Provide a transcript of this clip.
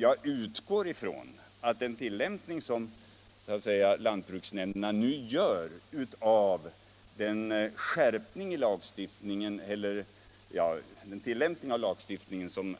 Jag utgår ifrån att lantbruksnämndernas tillämpning av den nuvarande lagstiftningen skall